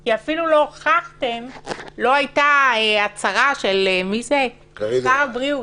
כי אפילו לא הייתה הצהרה של שר הבריאות.